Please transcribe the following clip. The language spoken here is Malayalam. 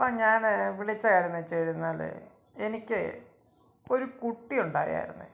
ഇപ്പോള് ഞാന് വിളിച്ചാരുന്നെച്ചിര്ന്നാലെ എനിക്ക് ഒരു കുട്ടി ഉണ്ടായാരുന്നു